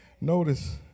notice